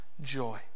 joy